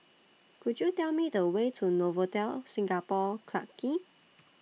Could YOU Tell Me The Way to Novotel Singapore Clarke Quay